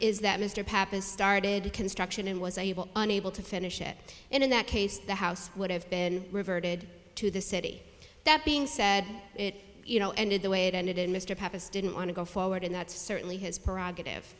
is that mr pappas started construction and was able unable to finish it and in that case the house would have been reverted to the city that being said it you know ended the way it ended and mr pappas didn't want to go forward and that's certainly his prerogative